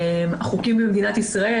החוקים במדינת ישראל,